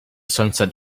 sunset